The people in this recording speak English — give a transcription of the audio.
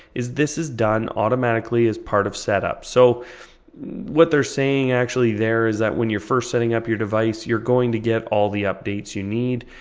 is this is done automatically as part of setup. so what they're saying actually is that when you're first setting up your device you're going to get all the updates you need.